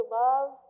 love